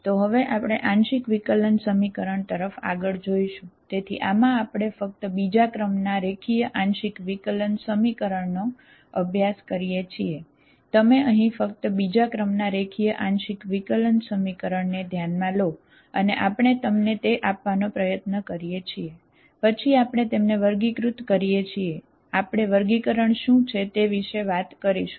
તો હવે આપણે આંશિક વિકલન સમીકરણ ને ધ્યાનમાં લો અને આપણે તમને તે આપવાનો પ્રયત્ન કરીએ છીએ પછી આપણે તેમને વર્ગીકૃત કરીએ છીએ તેથી આપણે વર્ગીકરણ શું છે તે વિશે આપણે વાત કરીશું